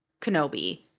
Kenobi